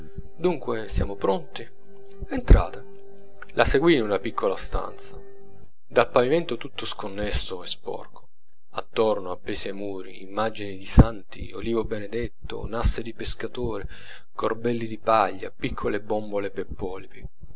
dunque siamo pronti entrate la seguii in una piccola stanza dal pavimento tutto sconnesso e sporco attorno appesi ai muri immagini di santi olivo benedetto nasse di pescatori corbelli di paglia piccole bombole pe polipi